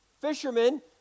fishermen